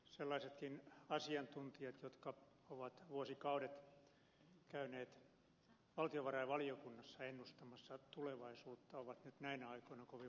sellaisetkin asiantuntijat jotka ovat vuosikaudet käyneet valtiovarainvaliokunnassa ennustamassa tulevaisuutta ovat nyt näinä aikoina kovin vaitonaisia